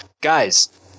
Guys